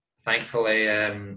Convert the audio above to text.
thankfully